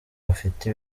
bafite